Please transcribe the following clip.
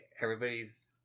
everybody's